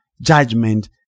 judgment